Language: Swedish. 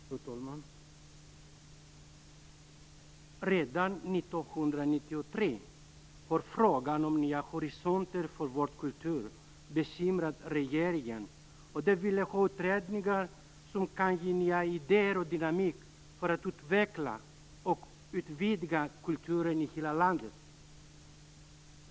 Fru talman! Redan 1993 var frågan om nya horisonter för vår kultur ett bekymmer för regeringen. Man ville ha utredningar som kunde ge nya idéer och dynamik för att utveckla och utvidga kulturen i hela landet.